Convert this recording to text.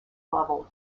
level